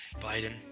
Biden